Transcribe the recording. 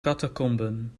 catacomben